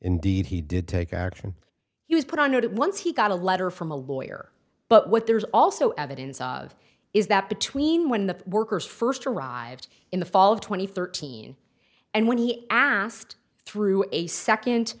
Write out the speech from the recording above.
indeed he did take action he was put on notice once he got a letter from a lawyer but what there's also evidence of is that between when the workers first arrived in the fall of two thousand and thirteen and when he asked through a second